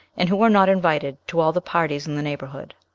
and who are not invited to all the parties in the neighbourhood.